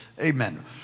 Amen